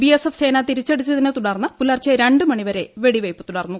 BSF സേന തിരിച്ചടിച്ചതിനെ തുടർന്ന് പുലർച്ച രണ്ട് മണിവരെ വെടിവയ്പ് തുടർന്നു